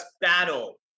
battle